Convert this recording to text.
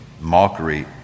mockery